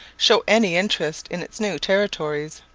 show any interest in its new territories.